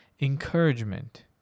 encouragement